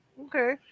okay